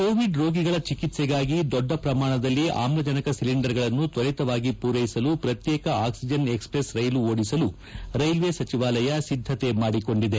Covid ರೋಗಿಗಳ ಚಿಕಿತ್ಸೆಗಾಗಿ ದೊಡ್ಡ ಪ್ರಮಾಣದಲ್ಲಿ ಆಮ್ಲಜನಕ ಸಿಲಿಂಡರ್ಗಳನ್ನು ತ್ವರಿತವಾಗಿ ಪೂರೈಸಲು ಪ್ರತ್ಯೇಕ ಆಕ್ಲಿಜನ್ ಎಕ್ಸ್ಪ್ರೆಸ್ ರೈಲು ಓಡಿಸಲು ರೈಲ್ವೆ ಸಚಿವಾಲಯ ಸಿದ್ಧತೆ ಮಾಡಿಕೊಂಡಿದೆ